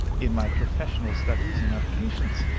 in my professional studies and avocations,